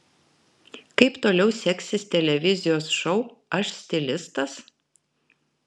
kaip toliau seksis televizijos šou aš stilistas